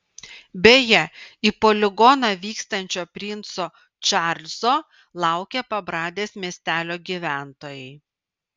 beje į poligoną vykstančio princo čarlzo laukė pabradės miestelio gyventojai